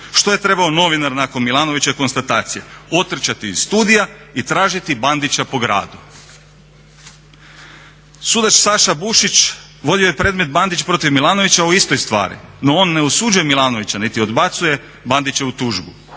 Što je trebao novinar nakon Milanovićeve konstatacije? Otrčati iz studija i tražiti Bandića po gradu? Sudac Saša Bušić vodio je predmet Bandić protiv Milanovića o istoj stvari, no on ne osuđuje Milanovića, niti odbacuje Bandićevu tužbu.